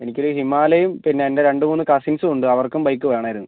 എനിക്കൊരു ഹിമാലയും പിന്നെ എൻ്റെ രണ്ട് മൂന്ന് കസിൻസുണ്ട് അവർക്കും ബൈക്ക് വേണമായിരുന്നു